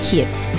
Kids 。